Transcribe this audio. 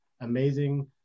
amazing